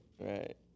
Right